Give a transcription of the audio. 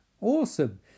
Awesome